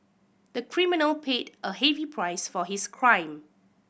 the criminal paid a heavy price for his crime